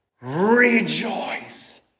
Rejoice